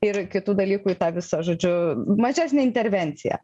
ir kitų dalykų į tą visą žodžiu mažesnė intervencija